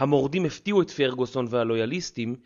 המורדים הפתיעו את פרגוסון והלויאליסטים